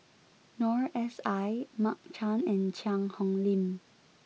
Noor S I Mark Chan and Cheang Hong Lim